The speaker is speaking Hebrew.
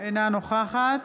אינה נוכחת